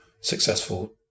successful